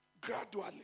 gradually